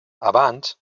abans